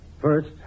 First